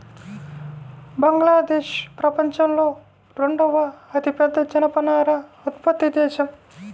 బంగ్లాదేశ్ ప్రపంచంలో రెండవ అతిపెద్ద జనపనార ఉత్పత్తి దేశం